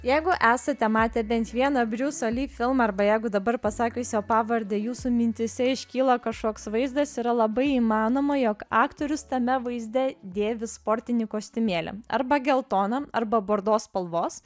jeigu esate matę bent vieną briuso li filmą arba jeigu dabar pasakius jo pavardę jūsų mintyse iškyla kažkoks vaizdas yra labai įmanoma jog aktorius tame vaizde dėvi sportinį kostiumėlį arba geltoną arba bordo spalvos